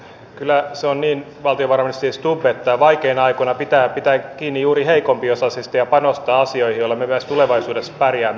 kyllä se on niin valtiovarainministeri stubb että vaikeina aikoina pitää pitää kiinni juuri heikompiosaisista ja panostaa asioihin joilla me myös tulevaisuudessa pärjäämme